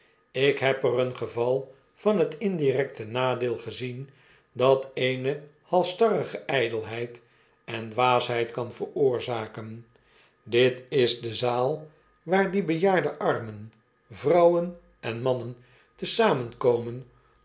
ik heb er een geval van t indirecte nadeel gezien dat eene halsstarrige ijdelheid en dwaasheid kan veroorzaken dit is de zaal waar die bejaarde armen vrouwen en mannen te